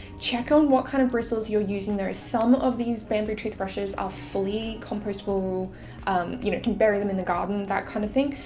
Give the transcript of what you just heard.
check on what kind of bristles you're using. there are some of these bamboo toothbrushes are fully compostable, um you know can bury them in the garden, that kind of thing,